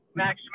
max